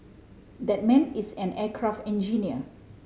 that man is an aircraft engineer